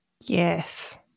Yes